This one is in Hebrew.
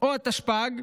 או התשפ"ג,